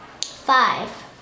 Five